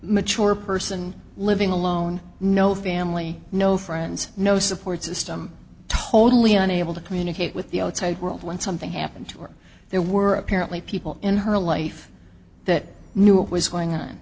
mature person living alone no family no friends no support system totally unable to communicate with the outside world when something happened to her there were apparently people in her life that knew what was going on